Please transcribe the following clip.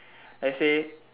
let's say